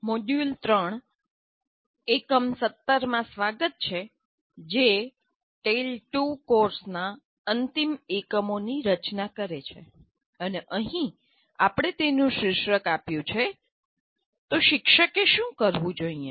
module 3 એકમ 17 માં સ્વાગતછે જે ટેલ 2 કોર્સના અંતિમ એકમની રચના કરે છે અને અહીં આપણે તેનું શીર્ષકઆપ્યું છે તો શિક્ષકે શું કરવું જોઈએ